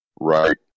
Right